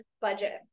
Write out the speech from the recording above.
budget